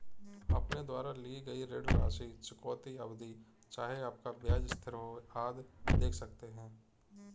अपने द्वारा ली गई ऋण राशि, चुकौती अवधि, चाहे आपका ब्याज स्थिर हो, आदि देख सकते हैं